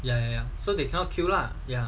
ya ya so they cannot kill lah ya